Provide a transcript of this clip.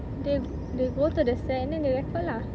they they go to the site and then they record lah